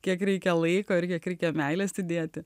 kiek reikia laiko ir kiek reikėjo meilės įdėti